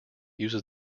uses